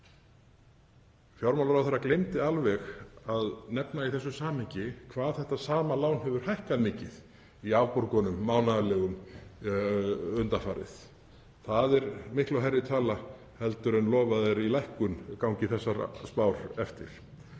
Fjármálaráðherra gleymdi alveg að nefna í þessu samhengi hvað þetta sama lán hefur hækkað mikið í mánaðarlegum afborgunum undanfarið. Það er miklu hærri tala en lofað er í lækkun gangi þessar spár eftir.